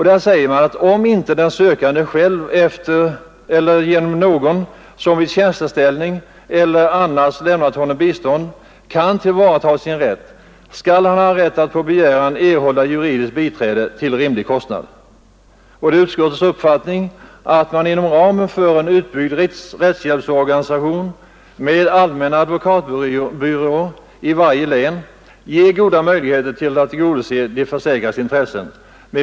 Det heter där: Om inte den sökande själv eller genom någon som i tjänsteställning eller annars lämnar honom bistånd kan tillvarata sin rätt, skall han ha rätt att på begäran erhålla juridiskt biträde till rimlig kostnad. Det är utskottets uppfattning att man inom ramen för en utbyggd rättshjälpsorganisation med allmänna advokatbyråer i varje län ger goda möjligheter att tillgodose de försäkrades intressen.